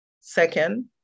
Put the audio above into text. Second